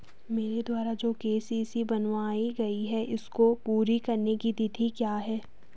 मेरे द्वारा जो के.सी.सी बनवायी गयी है इसको पूरी करने की तिथि क्या है?